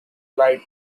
light